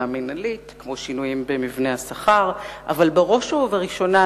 המינהלית ופרסום פומבי של הפרוטוקולים שלה,